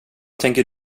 tänker